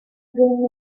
bring